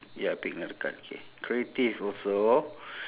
ya pick another card okay creative also